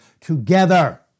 Together